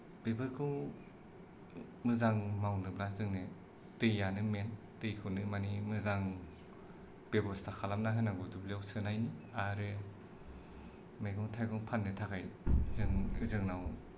बेफोरखौ मोजां मावनोब्ला जोंनो दैयानो मेन दैखौनो माने मोजां बेब'स्था खालामना होनांगौ दुब्लियाव सोनायनि आरो मैगं थाइगं फाननो थाखाय जों जोंनाव